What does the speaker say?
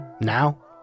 Now